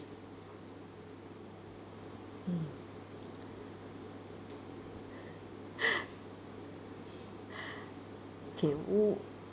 mm okay